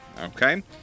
Okay